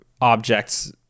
objects